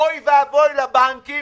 אוי ואבוי לבנקים,